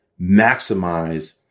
maximize